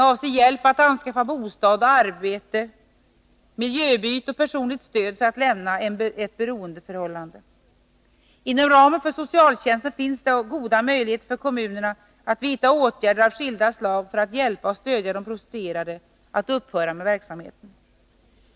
Det kan gälla bostad, arbete, miljöbyte och personligt stöd för att vederbörande skall komma ur ett beroendeförhållande. Inom ramen för socialtjänsten finns det goda möjligheter för kommunerna att vidta åtgärder av skilda slag för att hjälpa och stödja de prostituerade att upphöra med verksamheten.